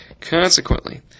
Consequently